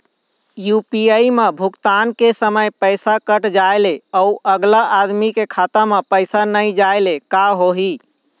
UPI म भुगतान के समय पैसा कट जाय ले, अउ अगला आदमी के खाता म पैसा नई जाय ले का होही?